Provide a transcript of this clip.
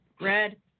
Red